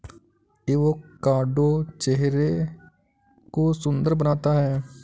avocado चेहरे को सुंदर बनाता है